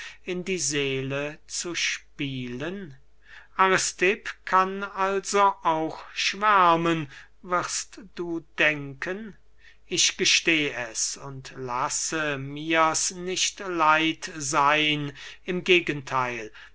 in die seele zu spielen aristipp kann also auch schwärmen wirst du denken ich gesteh es und lasse mir's nicht leid seyn im gegentheil